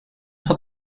had